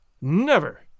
Never